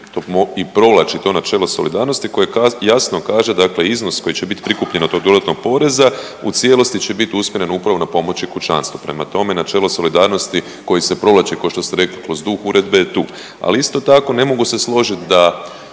i provlači to načelo solidarnosti koje jasno kaže: „Dakle iznos koji će biti prikupljen od tog dodatnog poreza u cijelosti će biti usmjeren upravo na pomoći kućanstva.“ Prema tome, načelo solidarnosti koji se provlači kao što ste rekli kroz duh Uredbe je tu. Ali isto tako ne mogu se složiti da